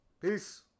Peace